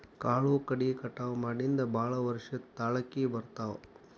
ಕಾಳು ಕಡಿ ಕಟಾವ ಮಾಡಿಂದ ಭಾಳ ವರ್ಷ ತಾಳಕಿ ಬರ್ತಾವ